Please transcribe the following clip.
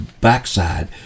backside